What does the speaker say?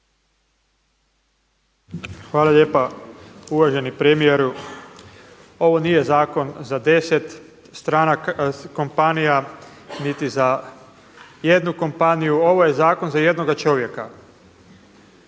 Hvala lijepa. Uvaženi premijeru ovo nije zakon za 10 kompanija niti za jednu kompaniju, ovo je zakon za jednoga čovjeka.